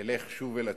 נלך שוב אל הציבור,